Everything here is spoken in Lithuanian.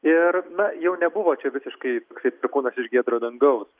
ir na jau nebuvo čia visiškai kaip perkūnas iš giedro dangaus